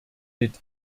mit